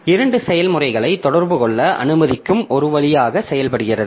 இரண்டு செயல்முறைகளை தொடர்பு கொள்ள அனுமதிக்கும் ஒரு வழியாக செயல்படுகிறது